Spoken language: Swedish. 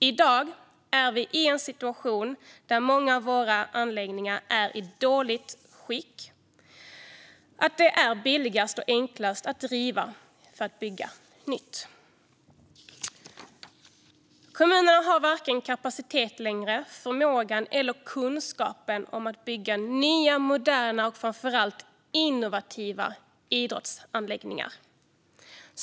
I dag har vi en situation där många av våra anläggningar är i så dåligt skick att det är billigast och enklast att riva för att bygga nytt. Kommunerna har inte längre vare sig kapacitet, förmåga eller kunskap om hur man bygger nya, moderna och framför allt innovativa idrottsanläggningar.